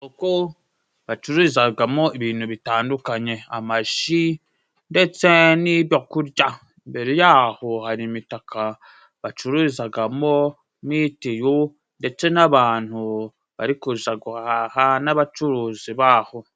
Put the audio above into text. Isoko bacururizagamo ibintu bitandukanye, amaji ndetse n'ibyo kurya. Imbere ya ho hari imitaka bacururizagamo mituyu, ndetse n'abantu bari kuza guhaha ndetse n'abacuruzi ba ho.